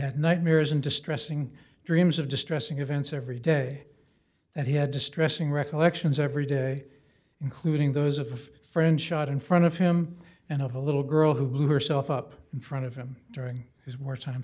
had nightmares and distressing dreams of distressing events every day that he had distressing recollections every day including those of friends shot in front of him and of a little girl who blew herself up in front of him during his wartime